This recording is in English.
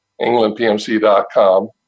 englandpmc.com